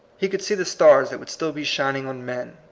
he could see the stars that would still be shining on men,